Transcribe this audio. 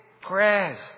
prayers